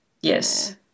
Yes